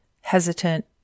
hesitant